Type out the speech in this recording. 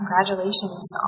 congratulations